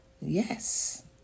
Yes